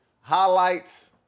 highlights